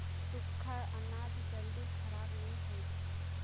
सुख्खा अनाज जल्दी खराब नी हछेक